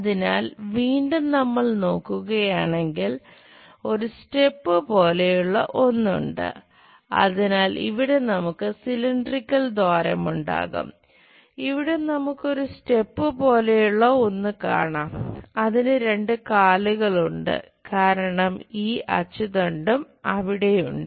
അതിനാൽ വീണ്ടും നമ്മൾ നോക്കുകയാണെങ്കിൽ ഒരു സ്റ്റെപ് പോലെയുള്ള ഒന്ന് കാണാം അതിന് രണ്ട് കാലുകൾ ഉണ്ട് കാരണം ഈ അച്ചുതണ്ടും അവിടെയുണ്ട്